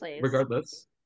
regardless